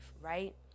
right